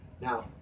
Now